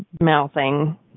mouthing